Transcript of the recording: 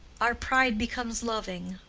our pride becomes loving,